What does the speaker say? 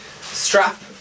Strap